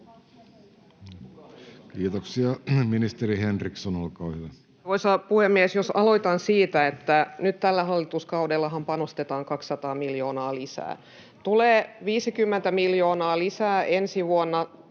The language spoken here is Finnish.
Kiitoksia. — Ministeri Henriksson, olkaa hyvä. Arvoisa puhemies! Jos aloitan siitä, että nyt tällä hallituskaudellahan panostetaan 200 miljoonaa lisää. Tulee 50 miljoonaa lisää ensi vuonna,